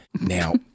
Now